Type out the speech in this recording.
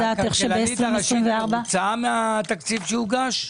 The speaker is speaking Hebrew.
הכלכלנית הראשית מרוצה מהתקציב שהוגש?